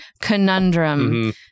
Conundrum